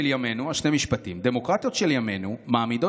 שני המשפטים: "דמוקרטיות של ימינו מעמידות